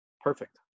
perfect